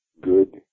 good